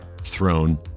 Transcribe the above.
throne